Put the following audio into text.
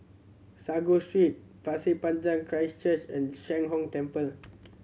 Sago Street Pasir Panjang Christ Church and Sheng Hong Temple